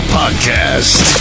podcast